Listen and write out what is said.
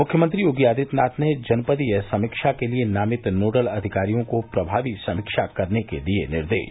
मुख्यमंत्री योगी आदित्यनाथ ने जनपदीय समीक्षा के लिये नामित नोडल अधिकारियों को प्रभावी समीक्षा करने के दिये निर्देश